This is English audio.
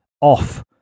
off